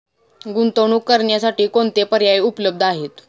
गुंतवणूक करण्यासाठी कोणते पर्याय उपलब्ध आहेत?